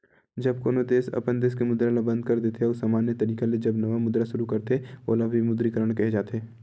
जब कोनो देस अपन देस के मुद्रा ल बंद कर देथे अउ समान्य तरिका ले जब नवा मुद्रा सुरू करथे ओला विमुद्रीकरन केहे जाथे